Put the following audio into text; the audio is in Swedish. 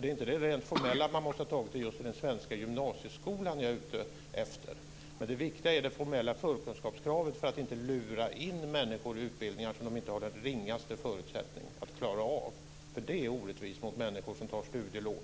Det är inte det rent formella att man måste ha tagit betyg i just den svenska gymnasieskolan jag är ute efter. Det viktiga är det formella förkunskapskravet för att inte lura in människor i utbildningar som de inte har den ringaste förutsättning att klara av. Det är orättvist mot människor som tar studielån